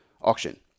Auction